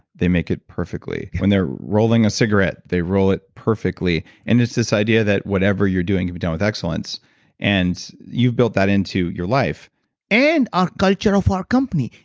they make it perfectly. when they're rolling a cigarette they roll it perfectly. and it's this idea that whatever you're doing, you've done with excellence and you've built that into your life and our culture of our company.